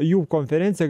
jų konferencija